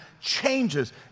changes